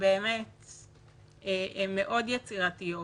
שהן מאוד יצירתיות,